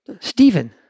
Stephen